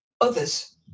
others